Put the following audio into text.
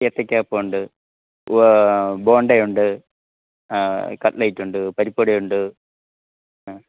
ഏത്തയ്ക്കാപ്പമുണ്ട് ബോണ്ടയുണ്ട് കട്ലെറ്റുണ്ട് പരിപ്പുവടയുണ്ട്